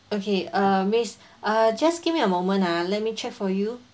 okay uh miss uh just give me a moment ah let me check for you